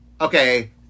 okay